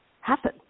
happen